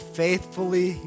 faithfully